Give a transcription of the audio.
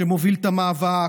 שמוביל את המאבק,